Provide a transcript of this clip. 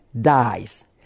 dies